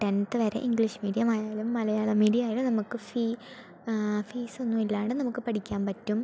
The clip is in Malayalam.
ടെൻത്ത് വരെ ഇംഗ്ലീഷ് മീഡിയം ആയാലും മലയാളം മീഡിയം ആയാലും നമുക്ക് ഫീ ആ ഫിസൊന്നുമില്ലാതെ നമുക്ക് പഠിക്കാൻ പറ്റും